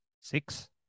six